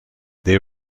they